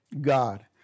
God